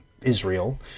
Israel